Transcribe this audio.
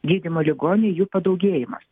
gydymo ligoninėj jų padaugėjimas